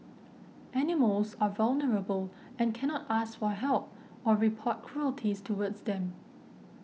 animals are vulnerable and cannot ask for help or report cruelties towards them